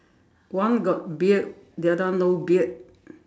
one got beard the other one no beard